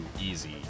easy